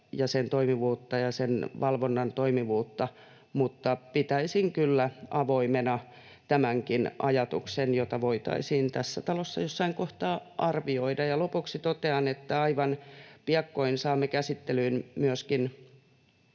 ja sen toimivuutta ja sen valvonnan toimivuutta, mutta pitäisin kyllä avoimena tämänkin ajatuksen, jota voitaisiin tässä talossa jossain kohtaa arvioida. Lopuksi totean, että aivan piakkoin saamme käsittelyyn myöskin